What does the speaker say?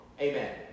Amen